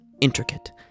intricate